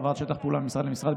העברת שטח פעולה ממשרד למשרד,